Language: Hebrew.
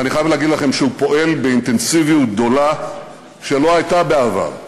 ואני חייב להגיד לכם שהוא פועל באינטנסיביות גדולה שלא הייתה בעבר,